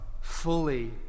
fully